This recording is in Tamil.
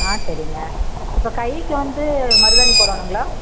ஆ சரிங்க இப்போ கைக்கு வந்து மருதாணி போடணுங்களா